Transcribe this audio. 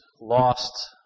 lost